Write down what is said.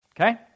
Okay